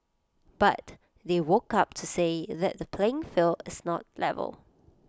but they woke up to say that the playing field is not level